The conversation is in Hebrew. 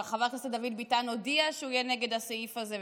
חבר הכנסת דוד ביטן כבר הודיע שהוא יהיה נגד הסעיף הזה,